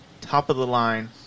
top-of-the-line